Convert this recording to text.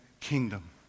kingdom